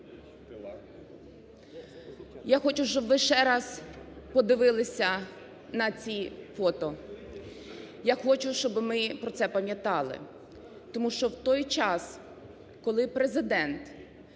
Я хочу, щоб ви ще раз подивилися на ці фото, я хочу, щоби ми про це пам'ятали, тому що в той час, коли Президент,